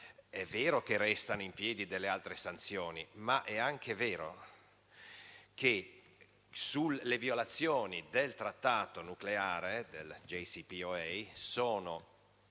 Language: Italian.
È vero che restano in piedi delle altre sanzioni, ma è anche vero che le violazioni dell'Accordo sul nucleare, il JCPOA, sono